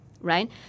right